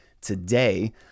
today